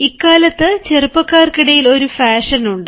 ഇക്കാലത്ത് ചെറുപ്പക്കാർക്കിടയിൽ ഒരു ഫാഷനുണ്ട്